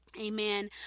amen